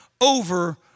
over